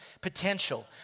potential